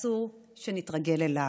ואסור שנתרגל אליו.